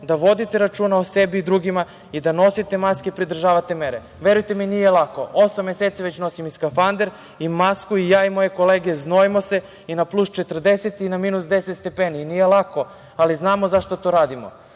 da vodite računa o sebi i drugima i da nosite maske i pridržavate se mera. Verujte mi nije lako, osam meseci već nosim i skafander i masku i ja i moje kolege znojimo se i na plus 40 i na minus deset stepeni. Nije lako, ali znamo zašto to radimo.